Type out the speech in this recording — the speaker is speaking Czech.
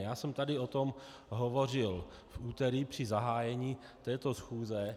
Já jsem tady o tom hovořil v úterý při zahájení této schůze.